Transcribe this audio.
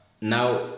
now